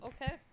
Okay